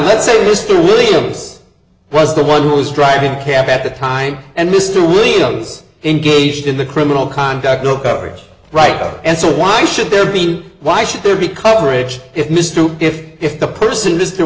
let's say mr williams was the one who was driving a cab at the time and mr williams engaged in the criminal conduct no coverage right and so why should there be why should there be coverage if mr if if the person